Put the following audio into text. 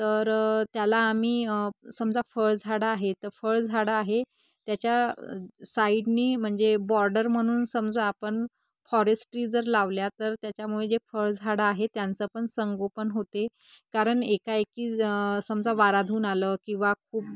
तर त्याला आम्ही समजा फळझाडं आहे तर फळझाडं आहे त्याच्या साईडनी म्हणजे बॉर्डर म्हणून समजा आपण फॉरेसट्री जर लावल्या तर त्याच्यामुळे जे फळझाडं आहे त्यांचं पण संगोपन होते कारण एकाएकी समजा वाराधून आलं किंवा खूप